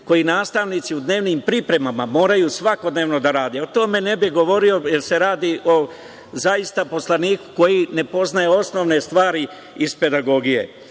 koji nastavnici u dnevnim pripremama moraju svakodnevno da rade. O tome ne bih govorio, jer se radi o poslaniku koji ne poznaje osnovne stvari iz pedagogije. Isto